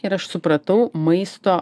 ir aš supratau maisto